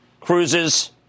cruises